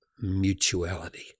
mutuality